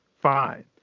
Fine